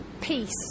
peace